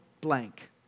blank